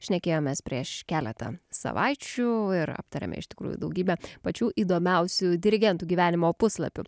šnekėjomės prieš keletą savaičių ir aptarėme iš tikrųjų daugybę pačių įdomiausių dirigentų gyvenimo puslapių